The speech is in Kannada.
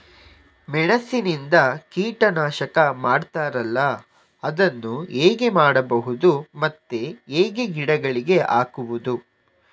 ಮೆಣಸಿನಿಂದ ಕೀಟನಾಶಕ ಮಾಡ್ತಾರಲ್ಲ, ಅದನ್ನು ಹೇಗೆ ಮಾಡಬಹುದು ಮತ್ತೆ ಹೇಗೆ ಗಿಡಗಳಿಗೆ ಹಾಕುವುದು?